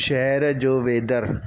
शहर जो वेदर